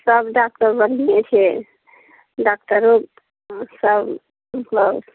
सब डॉक्टर बढ़ियें छै डॉक्टरो सब मतलब